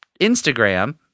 Instagram